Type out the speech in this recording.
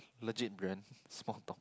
legit brand small talk